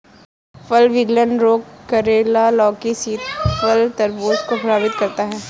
फल विगलन रोग करेला, लौकी, सीताफल, तरबूज को प्रभावित करता है